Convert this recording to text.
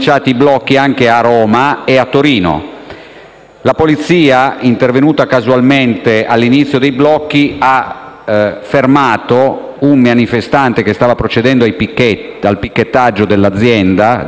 La Polizia, intervenuta casualmente all'inizio dei blocchi, ha fermato un manifestante che stava procedendo al picchettaggio dei cancelli dell'azienda in possesso di un'ascia.